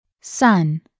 Sun